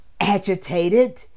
agitated